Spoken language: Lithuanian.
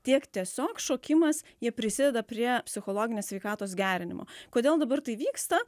tiek tiesiog šokimas jie prisideda prie psichologinės sveikatos gerinimo kodėl dabar tai vyksta